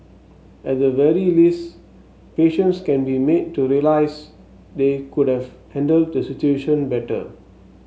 at the very least patients can be made to realize they could have handled the situation better